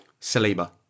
Saliba